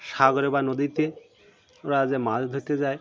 সাগরে বা নদীতে ওরা যে মাছ ধরতে যায়